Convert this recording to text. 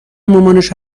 مامانش